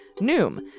Noom